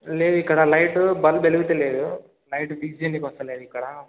లేదు ఇక్కడ light bulb వెలుగుతలేదు లైట్ ఫిక్స్ చేయడానికి వస్తలేదు ఇక్కడ